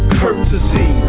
courtesy